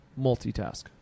multitask